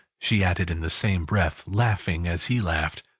she added in the same breath, laughing as he laughed.